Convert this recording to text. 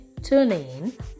TuneIn